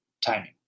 timing